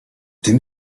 tym